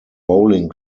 bowling